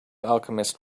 alchemist